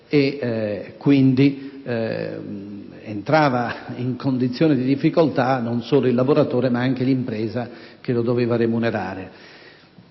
ed entrava in condizioni di difficoltà non solo il lavoratore, ma anche l'impresa che lo doveva remunerare.